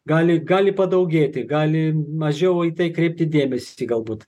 gali gali padaugėti gali mažiau į tai kreipti dėmesį galbūt